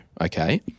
Okay